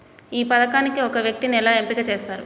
ఈ పథకానికి ఒక వ్యక్తిని ఎలా ఎంపిక చేస్తారు?